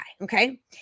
Okay